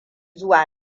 zuwa